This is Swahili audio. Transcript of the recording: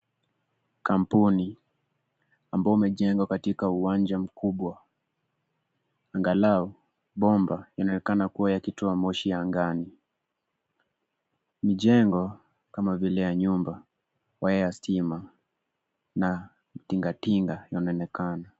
Kampuni, ambao imejengwa katika uwanja mkubwa, angalau bomba inaonekana kua yakitoa moshi angani. Mijengo, kama vile ya nyumba, waya ya stima, na tingatinga, inaonekana.